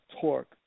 torque